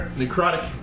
necrotic